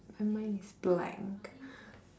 my mind is blank